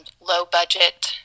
low-budget